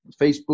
Facebook